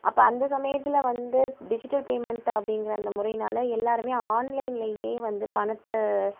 அப்போ அந்த சமயத்தில் வந்து டிஜிட்டல் பேமெண்ட் அப்படிங்கிற அந்த முறையினால் எல்லோருமே ஆன்லைன்லேயே வந்து பணத்தை